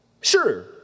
Sure